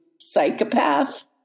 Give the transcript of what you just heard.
psychopath